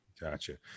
Gotcha